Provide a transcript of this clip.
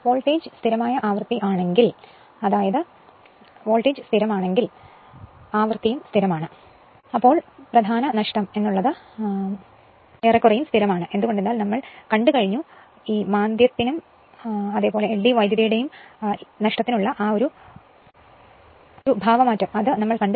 voltage സ്ഥിരമായ ആവൃത്തി ആണെങ്കിൽ കോർ നഷ്ടം കൂടുതൽ സ്ഥിരത കുറവാണ് കാരണം എഡ്ഡി കറന്റിനും ഹിസ്റ്റെറിസിസ് നഷ്ടത്തിനും എഡ്ഡി എക്സ്പ്രഷൻ ഞങ്ങൾ കണ്ടു